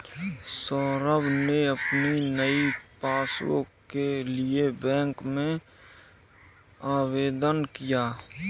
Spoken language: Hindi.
सौरभ ने अपनी नई पासबुक के लिए बैंक में आवेदन किया